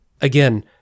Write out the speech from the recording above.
again